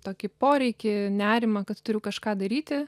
tokį poreikį nerimą kad turiu kažką daryti